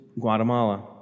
Guatemala